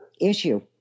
issue